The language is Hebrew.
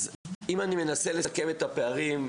אם אני מנסה לסכם את הפערים,